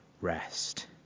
rest